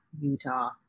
Utah